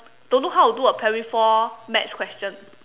don't know how to do a primary four maths question